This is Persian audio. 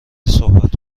صحبت